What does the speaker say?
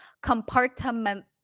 compartment